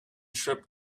trip